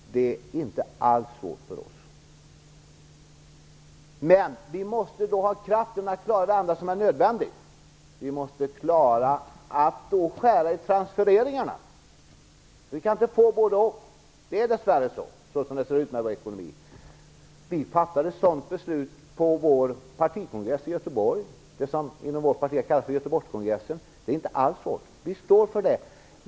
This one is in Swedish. Det är inte alls svårt för oss, Mats Odell. Men vi måste då ha kraften att klara det andra som är nödvändigt. Vi måste klara att skära i transfereringarna. Vi kan inte få både och. Det är dess värre så, med tanke på hur vår ekonomi ser ut. Vi fattade ett sådant beslut på vår partikongress i Göteborg - det som inom vårt parti har kallats för Göteborgskongressen. Det är inte alls svårt. Vi står för det.